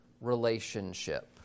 relationship